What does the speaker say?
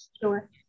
Sure